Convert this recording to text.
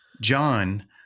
John